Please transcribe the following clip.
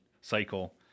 cycle